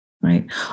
right